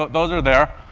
those are there.